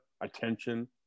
attention